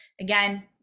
Again